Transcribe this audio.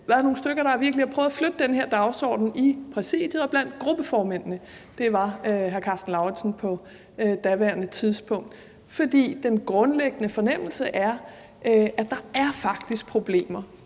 været nogle stykker, der virkelig har prøvet at flytte den her dagsorden i Præsidiet og blandt gruppeformændene – hr. Karsten Lauritzen var gruppeformand på daværende tidspunkt – fordi den grundlæggende fornemmelse er, at der faktisk er problemer.